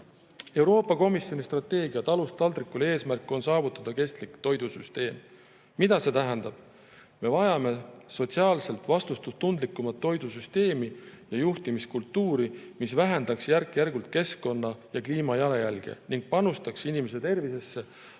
Euroopa Komisjoni strateegia "Talust taldrikule" eesmärk on saavutada kestlik toidusüsteem. Mida see tähendab? Me vajame sotsiaalselt vastutustundlikumat toidusüsteemi ja juhtimiskultuuri, mis järk-järgult vähendaks keskkonna‑ ja kliimajalajälge ning panustaks inimeste tervisesse,